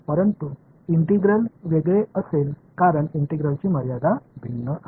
परंतु इंटिग्रल वेगळे असेल कारण इंटिग्रेशनची मर्यादा भिन्न आहे